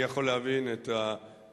אני יכול להבין את הטרוניה,